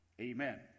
Amen